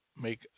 make